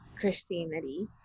Christianity